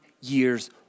years